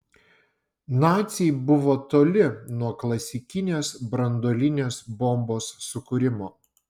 naciai buvo toli nuo klasikinės branduolinės bombos sukūrimo